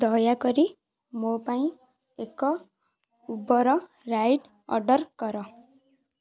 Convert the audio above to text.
ଦୟାକରି ମୋ ପାଇଁ ଏକ ଉବର୍ ରାଇଡ଼୍ ଅର୍ଡ଼ର କର